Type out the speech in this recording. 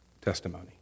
testimony